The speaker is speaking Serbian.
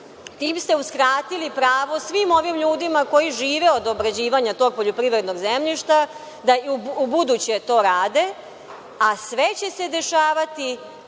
Time ste uskratili pravo svim ovim ljudima koji žive od obrađivanja tog poljoprivrednog zemljišta da i ubuduće to rade, a sve će se dešavati